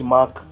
Mark